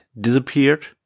disappeared